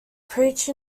preached